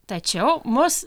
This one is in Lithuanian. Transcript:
tačiau mus